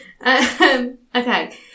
Okay